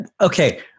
Okay